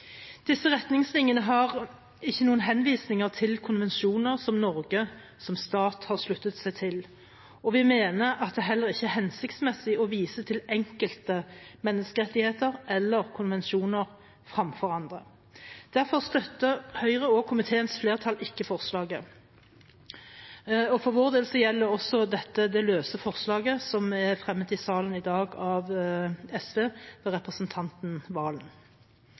Disse retningslinjene har ikke noen henvisninger til konvensjoner som Norge som stat har sluttet seg til, og vi mener at det heller ikke er hensiktsmessig å vise til enkelte menneskerettigheter eller konvensjoner fremfor andre. Derfor støtter Høyre og komiteens flertall ikke forslaget. For vår del gjelder også dette det løse forslaget som er fremmet i salen i dag av SV ved representanten Serigstad Valen.